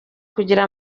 kugira